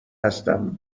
هستم